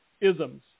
isms